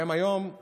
והיום הם